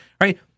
right